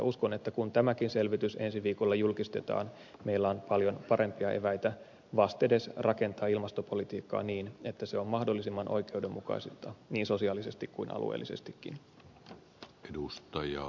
uskon että kun tämäkin selvitys ensi viikolla julkistetaan meillä on paljon parempia eväitä vastedes rakentaa ilmastopolitiikkaa niin että se on mahdollisimman oikeudenmukaista niin sosiaalisesti kuin alueellisestikin